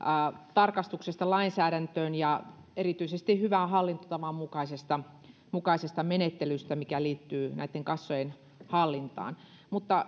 tarkastuksista lainsäädäntöön ja erityisesti hyvän hallintotavan mukaisesta mukaisesta menettelystä mikä liittyy näitten kassojen hallintaan mutta